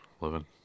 living